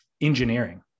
engineering